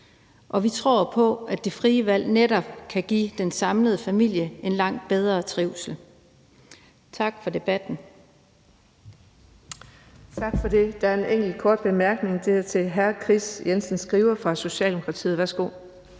og vi tror på, at det frie valg netop kan give den samlede familie en langt bedre trivsel. Tak for debatten.